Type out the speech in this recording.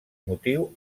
motiu